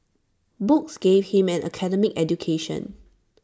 books gave him an academic education